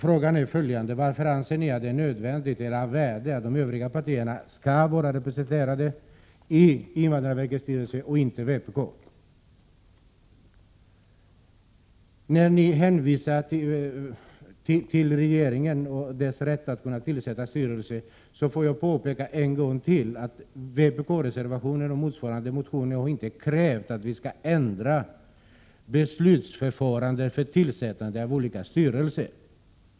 Frågan är följande: Varför anser ni att det är nödvändigt eller av värde att de övriga partierna är representerade i invandrarverkets styrelse men inte vpk? Ni hänvisar till regeringen och dess rätt att tillsätta styrelse. Jag måste då en gång till påpeka att vpk-reservationen och motsvarande motioner inte har krävt en ändring av beslutsförfarandet vid tillsättning av olika styrelser.